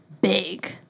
big